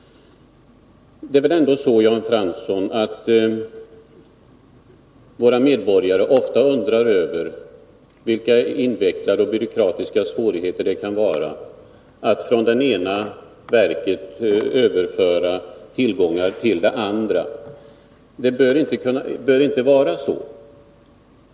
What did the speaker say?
Det är väl ändå så, Jan Fransson, att våra medborgare ofta undrar över vilka byråkratiska hinder som gör att man inte kan överföra tillgångar från det ena verket till det andra. Det bör inte vara så.